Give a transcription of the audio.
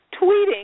tweeting